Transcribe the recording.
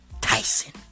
Tyson